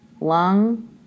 lung